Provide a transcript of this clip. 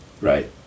right